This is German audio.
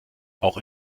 auch